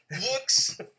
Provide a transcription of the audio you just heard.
looks